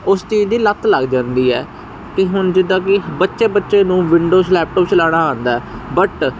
ਉਸ ਚੀਜ਼ ਦੀ ਲੱਤ ਲੱਗ ਜਾਂਦੀ ਹੈ ਕਿ ਹੁਣ ਜਿੱਦਾਂ ਕਿ ਬੱਚੇ ਬੱਚੇ ਨੂੰ ਵਿੰਡੋ ਸੈਂਪਲ ਚਲਾਣਾ ਆਉਂਦਾ ਬਟ